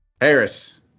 Harris